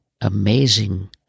amazing